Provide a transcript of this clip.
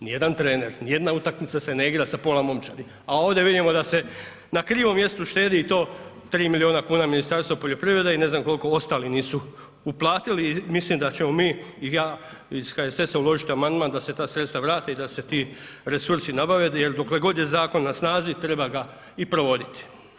Nijedan trener, nijedna utakmica se ne igra sa pola momčadi, a ovdje vidimo da se na krivom mjestu štedi i to 3 milijuna kuna Ministarstvo poljoprivrede i ne znam kolko ostali nisu uplatili i mislim da ćemo mi i ja iz HSS-a uložiti amandman da se ta sredstva vrate i da se ti resursi nabave jer dokle god je zakon na snazi treba ga i provoditi.